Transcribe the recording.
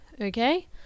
Okay